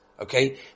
okay